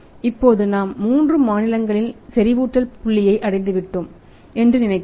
இப்போது நாம் 3 மாநிலங்களில் செறிவூட்டல் புள்ளியை அடைந்துவிட்டோம் என்று நினைத்தோம்